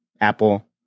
Apple